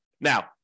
Now